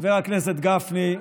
חבר הכנסת גפני,